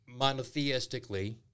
monotheistically